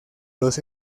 los